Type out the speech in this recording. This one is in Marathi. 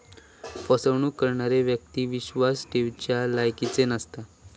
फसवणूक करणारो व्यक्ती विश्वास ठेवच्या लायकीचो नसता